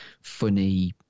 funny